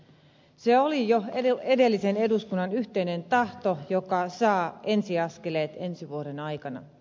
se oli jo edellisen eduskunnan yhteinen tahto joka saa ensi askeleet ensi vuoden aikana